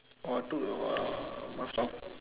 what to do uh pass down